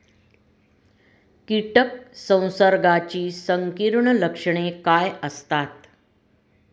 कीटक संसर्गाची संकीर्ण लक्षणे काय असतात?